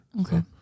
Okay